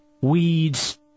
Weeds